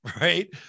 right